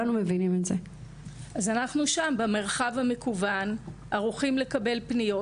אנחנו שם במרחב המקוון, ערוכים לקבל פניות.